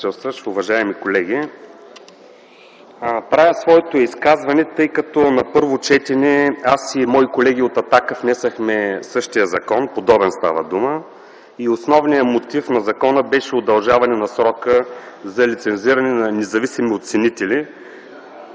председателстващ, уважаеми колеги, правя своето изказване, тъй като на първо четене аз и мои колеги от „Атака” внесохме подобен закон. Основният мотив на закона беше удължаване на срока за лицензиране на независими оценители.